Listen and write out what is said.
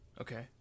Okay